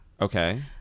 Okay